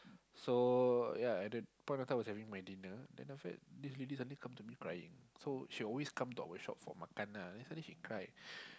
so ya at the point of time I was having my dinner then after that this lady suddenly come to me crying so she will always come to our shop for makan ah then suddenly she cried